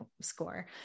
score